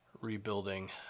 rebuilding